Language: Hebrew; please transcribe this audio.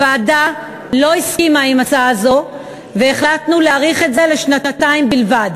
הוועדה לא הסכימה להצעה זאת והחלטנו להאריך לשנתיים בלבד,